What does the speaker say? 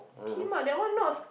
Kim that one not